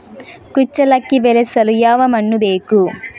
ಕುಚ್ಚಲಕ್ಕಿ ಬೆಳೆಸಲು ಯಾವ ಮಣ್ಣು ಬೇಕು?